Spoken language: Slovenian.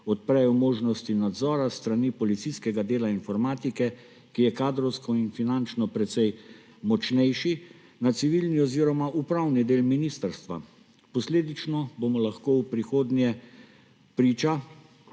odprejo možnosti nadzora s strani policijskega dela informatike, ki je kadrovsko in finančno precej močnejši, na civilni oziroma upravni del ministrstva. Posledično bomo lahko v prihodnje priča,